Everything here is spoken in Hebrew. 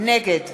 נגד